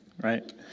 right